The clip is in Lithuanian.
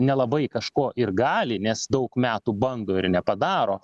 nelabai kažko ir gali nes daug metų bando ir nepadaro